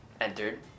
entered